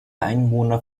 einwohner